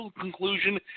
conclusion